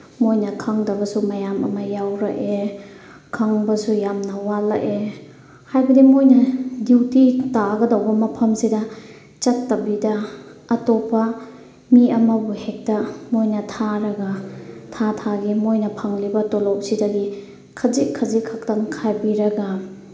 ꯃꯣꯏꯅ ꯈꯪꯗꯕꯁꯨ ꯃꯌꯥꯝ ꯑꯃ ꯌꯥꯎꯔꯛꯑꯦ ꯈꯪꯕꯁꯨ ꯌꯥꯝꯅ ꯋꯥꯠꯂꯛꯑꯦ ꯍꯥꯏꯕꯗꯤ ꯃꯣꯏꯅ ꯗ꯭ꯌꯨꯇꯤ ꯇꯥꯒꯗꯧꯕ ꯃꯐꯝꯁꯤꯗ ꯆꯠꯇꯕꯤꯗ ꯑꯇꯣꯞꯄ ꯃꯤ ꯑꯃꯕꯨ ꯍꯦꯛꯇ ꯃꯣꯏꯅ ꯊꯥꯔꯒ ꯊꯥ ꯊꯥꯒꯤ ꯃꯣꯏꯅ ꯐꯪꯂꯤꯕ ꯇꯣꯂꯣꯞꯁꯤꯗꯒꯤ ꯈꯖꯤꯛ ꯈꯖꯤꯛ ꯈꯛꯇꯪ ꯈꯥꯏꯕꯤꯔꯒ